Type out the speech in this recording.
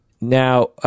Now